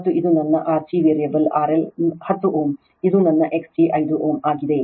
ಮತ್ತು ಇದು ನನ್ನ R g ವೇರಿಯಬಲ್ ಆರ್ಎಲ್ 10 Ω ಇದು ನನ್ನ X g 5Ω ಆಗಿದೆ